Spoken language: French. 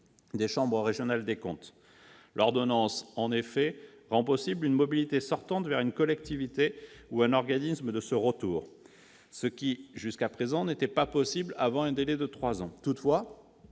des chambres régionales des comptes, l'ordonnance rend en effet possible une mobilité sortante vers une collectivité ou un organisme de ce ressort, ce qui était jusqu'à présent impossible avant un délai de trois ans. Toutefois,